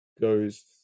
goes